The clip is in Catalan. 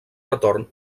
retorn